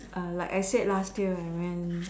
err like I said last year I went